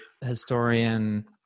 historian